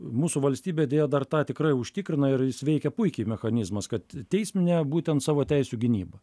mūsų valstybė deja dar tą tikrai užtikrina ir jis veikia puikiai mechanizmas kad teisminę būtent savo teisių gynybą